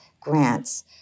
grants